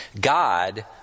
God